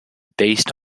based